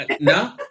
no